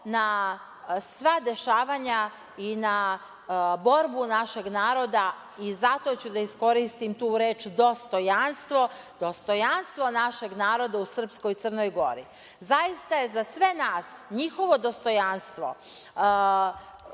na sva dešavanja i na borbu našeg naroda i zato ću da iskoristim tu reč dostojanstvo, dostojanstvo našeg naroda u srpskoj Crnoj Gori. Zaista je za sve nas njihovo dostojanstvo,